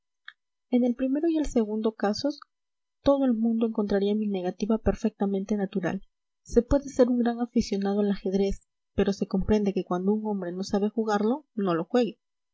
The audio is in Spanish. en el primero y el segundo casos todo el mundo encontraría mi negativa perfectamente natural se puede ser un gran aficionado al ajedrez pero se comprende que cuando un hombre no sabe jugarlo no lo